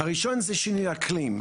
הראשון זה שינוי האקלים,